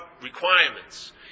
requirements